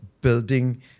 building